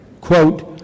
Quote